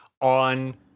on